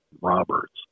Roberts